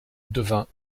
devint